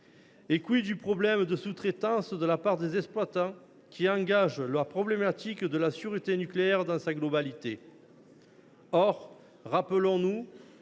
du problème de sous traitance de la part des exploitants, qui engage la problématique de la sûreté nucléaire dans sa globalité